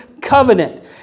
covenant